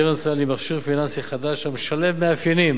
קרן הסל היא מכשיר פיננסי חדש המשלב מאפיינים